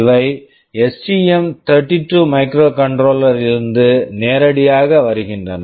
இவை STM thirty two microcontroller STM32 microcontroller -ல் இருந்து நேரடியாக வருகின்றன